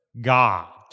God